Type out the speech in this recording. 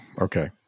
Okay